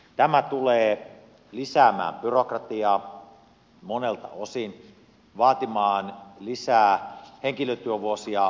tämä tulee lisäämään byrokratiaa monelta osin vaatimaan lisää henkilötyövuosia valvontaan